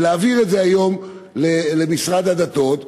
מדוע להעביר את זה היום למשרד הדתות?